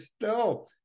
no